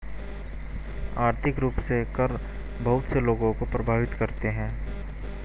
आर्थिक रूप से कर बहुत से लोगों को प्राभावित करते हैं